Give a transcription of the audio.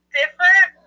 different